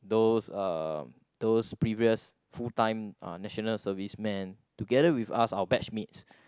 those uh those previous full time uh national servicemen together with us our batch mates